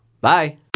Bye